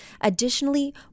Additionally